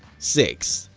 six.